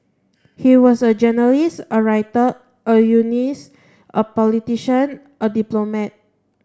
he was a journalist a writer a unionist a politician a diplomat